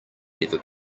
never